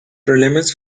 problemas